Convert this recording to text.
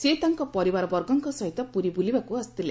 ସେ ତାଙ୍କ ପରିବାରବର୍ଗଙ୍କ ସହ ପୁରୀ ବୁଲିବାକୁ ଆସିଥିଲେ